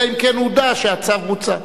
אלא אם כן הודע שהצו בוצע.